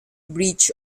breach